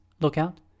Lookout